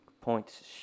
points